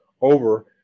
over